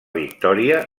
victòria